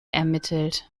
ermittelt